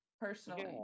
personally